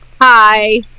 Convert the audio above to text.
Hi